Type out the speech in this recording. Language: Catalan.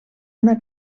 una